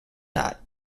not